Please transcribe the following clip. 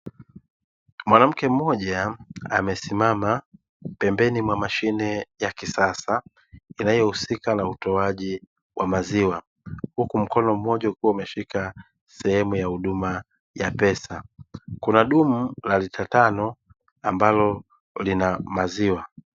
Mwanamke mmoja amesimama pembeni mwa mashine ya kisasa inayohusika na utoaji wa maziwa, huku mkono mmoja ukiwa umeshika sehemu ya huduma ya pesa, kuna dumu la lita tano ambalo lina maziwa.